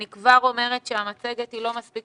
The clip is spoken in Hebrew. אני כבר אומרת שהמצגת היא לא מספיקה,